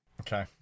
Okay